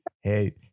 Hey